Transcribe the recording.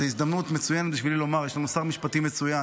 זאת הזדמנות מצוינת בשבילי לומר שיש לנו שר משפטים מצוין.